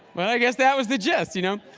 well i guess that was the gist. you know